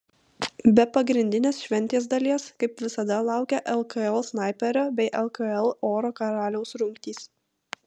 be pagrindinės šventės dalies kaip visada laukia lkl snaiperio bei lkl oro karaliaus rungtys